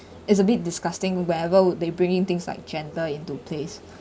it's a bit disgusting wherever would they bring in things like gender into place